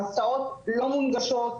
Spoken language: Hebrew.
ההסעות לא מונגשות,